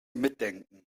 mitdenken